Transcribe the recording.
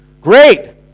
Great